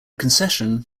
concession